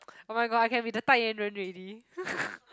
oh-my-god I can be the 代言人 already